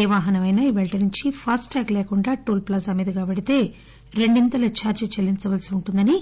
ఏ వాహనం అయినా రేపట్నుంచి ఫాస్టాగ్ లేకుండా టోల్ ప్లాజా మీదుగా పెళితే రెండింతల ఛార్లి చెల్లించవలసి ఉంటుందని